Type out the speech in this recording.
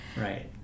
right